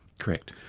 correct.